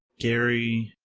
gary,